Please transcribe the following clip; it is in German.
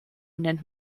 nennt